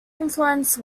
influence